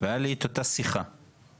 והייתה לי את אותה שיחה איתו,